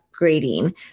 upgrading